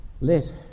let